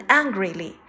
angrily